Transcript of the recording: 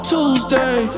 Tuesday